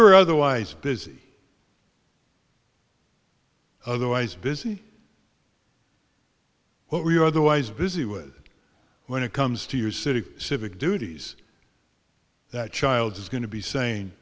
were otherwise busy otherwise busy what were you otherwise busy with when it comes to your city civic duties that child is going to be saying